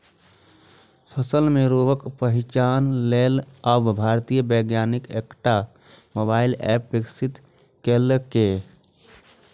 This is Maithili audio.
फसल मे रोगक पहिचान लेल आब भारतीय वैज्ञानिक एकटा मोबाइल एप विकसित केलकैए